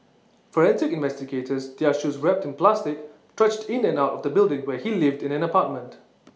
forensic investigators their shoes wrapped in plastic trudged in and out of the building where he lived in an apartment